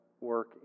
work